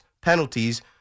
penalties